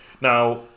Now